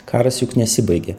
karas juk nesibaigė